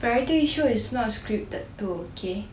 variety show is not scripted too okay